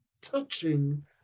touching